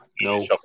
No